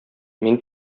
мин